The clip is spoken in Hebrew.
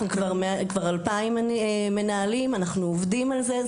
אנחנו 2,000 מנהלים, אנחנו עובדים על זה.